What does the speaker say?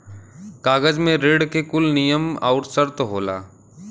कागज मे ऋण के कुल नियम आउर सर्त होला